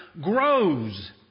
grows